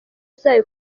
zayo